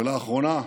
לאחרונה,